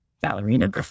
ballerina